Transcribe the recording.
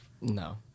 no